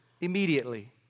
immediately